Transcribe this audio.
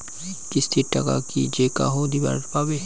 কিস্তির টাকা কি যেকাহো দিবার পাবে?